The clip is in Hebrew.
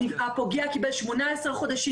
הפוגע קיבל 18 חודשים.